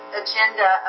agenda